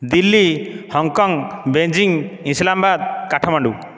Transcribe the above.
Delhi Hong Kong Beijing Islamabad Kathmandu